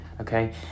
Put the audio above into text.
okay